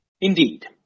Indeed